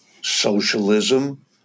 socialism